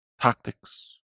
tactics